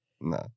no